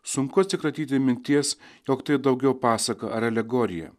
sunku atsikratyti minties jog tai daugiau pasaka ar alegorija